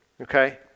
okay